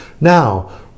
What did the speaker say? Now